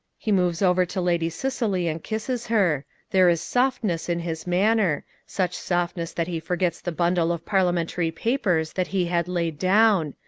he moves over to lady cicely and kisses her. there is softness in his manner such softness that he forgets the bundle of parliamentary papers that he had laid down.